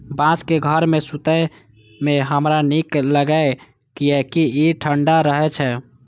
बांसक घर मे सुतै मे हमरा नीक लागैए, कियैकि ई ठंढा रहै छै